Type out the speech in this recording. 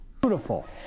Beautiful